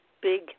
big